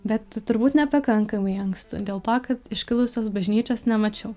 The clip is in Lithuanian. bet turbūt nepakankamai ankstų dėl to kad iškilusios bažnyčios nemačiau